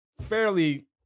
fairly